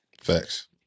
Facts